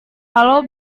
kalau